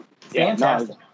Fantastic